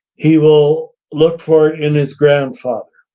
he will look for it in his grandfather,